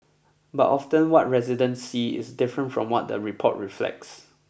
but often what residents see is different from what the report reflects